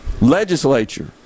legislature